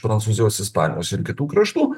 prancūzijos ispanijos ir kitų kraštų